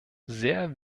sehr